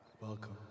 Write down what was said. Welcome